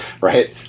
Right